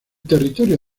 territorio